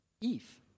Eve